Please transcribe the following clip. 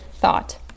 thought